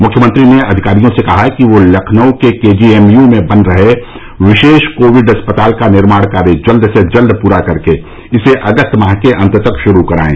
मुख्यमंत्री ने अधिकारियों से कहा है कि वह लखनऊ के केजीएमयू में बन रहे विशेष कोविड अस्पताल का निर्माण कार्य जल्द से जल्द पूरा करके इसे अगस्त माह के अंत तक शुरू कराएं